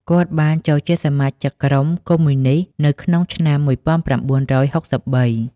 គាត់បានចូលជាសមាជិកក្រុម កុម្មុយនីស្តនៅក្នុងឆ្នាំ១៩៦៣។